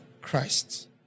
Christ